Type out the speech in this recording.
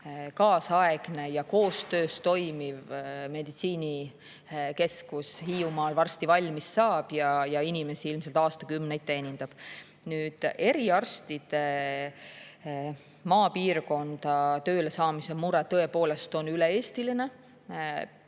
kaasaegne ja koostöös toimiv meditsiinikeskus Hiiumaal varsti valmis saab ja inimesi ilmselt aastakümneid teenindab. Eriarstide maapiirkonda tööle saamise mure on tõepoolest üle-eestiline.